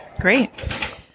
Great